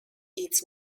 its